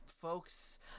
folks